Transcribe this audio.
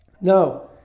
Now